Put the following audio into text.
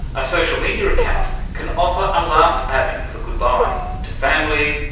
a social media account can offer a last avenue for goodbye to family,